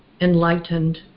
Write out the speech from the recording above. enlightened